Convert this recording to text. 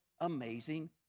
amazing